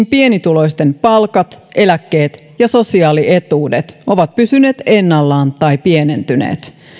pienituloisten palkat eläkkeet ja sosiaalietuudet ovat pysyneet ennallaan tai pienentyneet